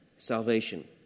salvation